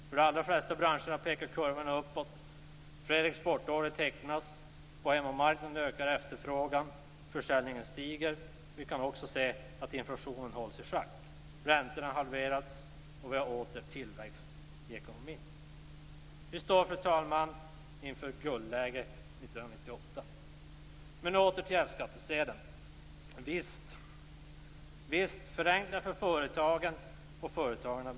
För de allra flesta branscherna pekar kurvorna uppåt. Fler exportorder tecknas. På hemmamarknaden ökar efterfrågan. Försäljningen stiger. Vi kan också se att inflationen har hållits i schack, att räntorna har halverats och att vi åter har tillväxt i ekonomin. Vi står, fru talman, inför ett guldläge 1998. Åter till F-skattsedeln. Visst behövs förenklingar för företagen och företagarna.